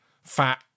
fat